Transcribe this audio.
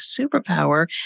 superpower